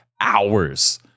hours